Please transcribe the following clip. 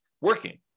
working